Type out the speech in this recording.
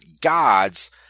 gods